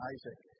Isaac